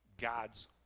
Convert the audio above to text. God's